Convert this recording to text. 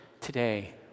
today